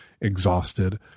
exhausted